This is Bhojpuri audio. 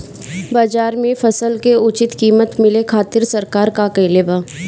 बाजार में फसल के उचित कीमत मिले खातिर सरकार का कईले बाऽ?